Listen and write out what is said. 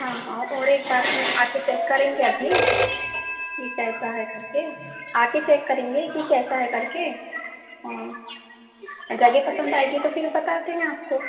हाँ हाँ और एक बार चेक करेंगे अभी कि कैसा है करके आके चेक करेंगे कैसा है करके जगह पसंद आएगी तो बताते हैं आपको